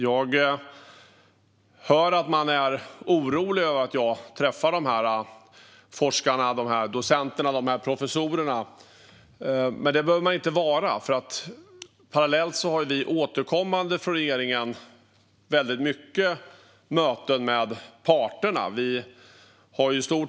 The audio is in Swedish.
Jag hör att man är orolig över att jag träffar dessa forskare, docenter och professorer. Men det behöver man inte vara, för parallellt har regeringen återkommande möten med parterna.